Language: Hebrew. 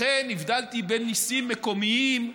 לכן הבדלתי בין ניסים מקומיים,